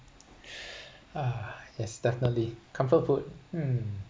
uh yes definitely comfort food hmm